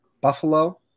Buffalo